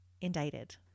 indicted